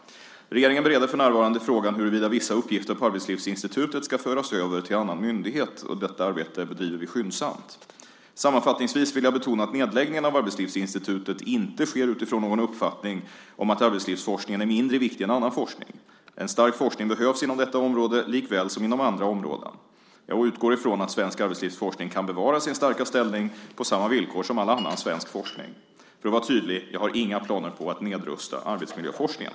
Regeringen bereder för närvarande frågan huruvida vissa uppgifter på Arbetslivsinstitutet ska föras över till annan myndighet. Detta arbete bedriver vi skyndsamt. Sammanfattningsvis vill jag betona att nedläggningen av Arbetslivsinstitutet inte sker utifrån någon uppfattning om att arbetslivsforskningen är mindre viktig än annan forskning. En stark forskning behövs inom detta område likaväl som inom andra områden. Jag utgår från att svensk arbetslivsforskning kan bevara sin starka ställning på samma villkor som all annan svensk forskning. För att vara tydlig: Jag har inga planer på att nedrusta arbetsmiljöforskningen!